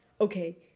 okay